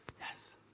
Yes